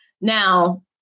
Now